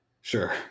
sure